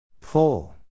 Pull